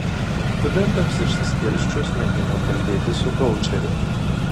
studentams išsiskirsčius mėgino kalbėtis su koučeriu